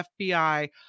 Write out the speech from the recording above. FBI